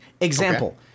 example